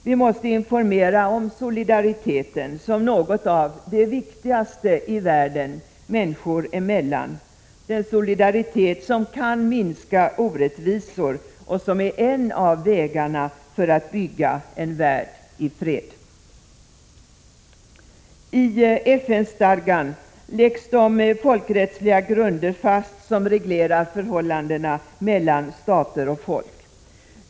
Vi måste informera om solidariteten som något av det viktigaste i världen människor emellan, den solidaritet som kan minska orättvisorna och som är en av vägarna för att bygga en värld i fred. I FN-stadgan läggs de folkrättsliga grunder fast som reglerar förhållandena mellan stater och folk.